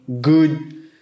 good